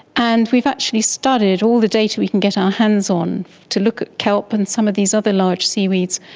and we've actually studied all the data we can get our hands on to look at kelp and some of these other large seaweeds,